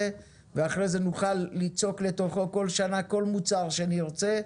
ואחרי זה נוכל ליצוק לתוכו כל שנה כל מוצר שנרצה,